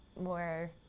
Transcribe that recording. more